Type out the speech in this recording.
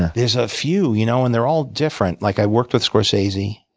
there's a few, you know and they're all different. like i worked with scorsese,